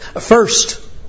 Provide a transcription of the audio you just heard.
First